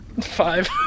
Five